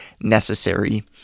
necessary